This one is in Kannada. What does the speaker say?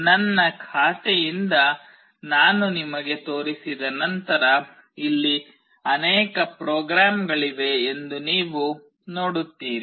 ನನ್ನ ಖಾತೆಯಿಂದ ನಾನು ನಿಮಗೆ ತೋರಿಸಿದ ನಂತರ ಇಲ್ಲಿ ಅನೇಕ ಪ್ರೋಗ್ರಾಮ್ಗಳಿವೆ ಎಂದು ನೀವು ನೋಡುತ್ತೀರಿ